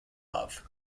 love